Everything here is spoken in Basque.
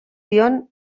dion